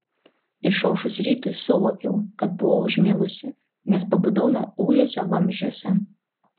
išaušus rytui suvokiau kad buvau užmigusi nes pabudau nuo ūžesio vamzdžiuose